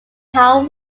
how